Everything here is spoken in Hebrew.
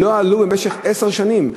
לא עלו במשך עשר שנים.